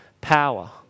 power